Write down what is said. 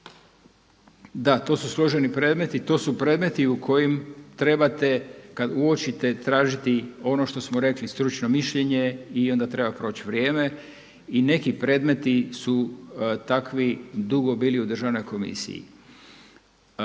Da, to su složeni predmeti i to su predmeti u kojima trebate kada uočite tražiti ono što smo rekli stručno mišljenje i onda treba proći vrijeme. I neki predmeti su takvi dugo bili u državnoj komisiji.